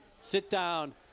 sit-down